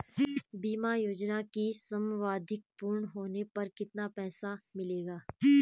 बीमा योजना की समयावधि पूर्ण होने पर कितना पैसा मिलेगा?